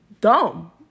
dumb